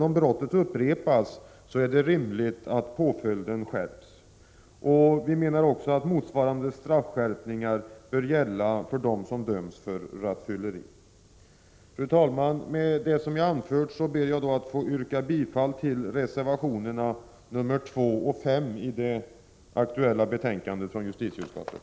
Om brottet upprepas är det dock rimligt att påföljden skärps. Motsvarande straffskärpningar bör gälla för den som döms för rattfylleri. Fru talman! Med det jag anfört ber jag att få yrka bifall till reservationerna 2 och 5 i det aktuella betänkandet från justitieutskottet.